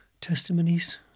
testimonies